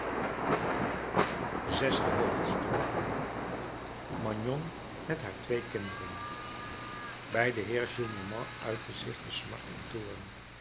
zesde hoofdstuk magnon met haar twee kinderen bij den heer gillenormand uitte zich de smart in toorn